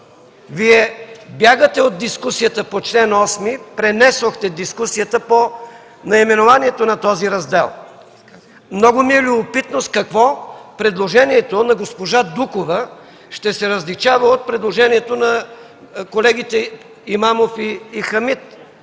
Вие бягате от дискусията по чл. 8, пренесохте дискусията по наименованието на този раздел. Много ми е любопитно с какво предложението на госпожа Дукова ще се различава от предложението на колегите Имамов и Хамид,